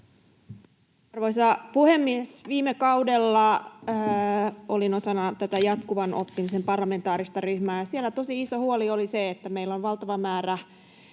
Arvoisa puhemies! Viime kaudella olin osana tätä jatkuvan oppimisen parlamentaarista ryhmää, ja siellä tosi iso huoli oli se, että meillä on työelämässä